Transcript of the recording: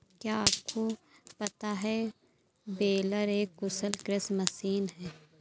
क्या आपको पता है बेलर एक कुशल कृषि मशीन है?